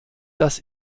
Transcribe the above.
dass